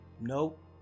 nope